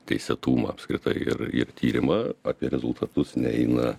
teisėtumą apskritai ir ir tyrimą apie rezultatus neina